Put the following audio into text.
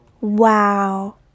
Wow